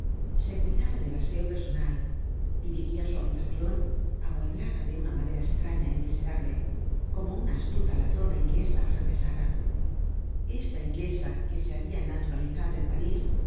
se cuidaba del aseo personal dividia su habitacion amueblada de una manera estraña y miserable como una astuta ladrona inglesa afrancesada esta inglesa que se habia naturalizado en parís